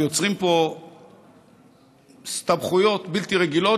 ויוצרים פה הסתבכויות בלתי רגילות,